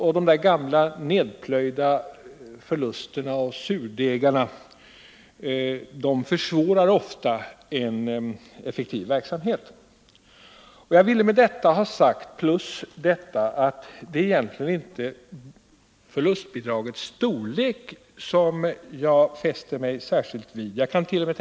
Och de gamla nerplöjda förlusterna och surdegarna försvårar ofta en effektiv verksamhet. Jag vill med detta ha sagt att det egentligen inte är förlustbidragets storlek som jag fäster mig särskilt vid. Jag kant.o.m.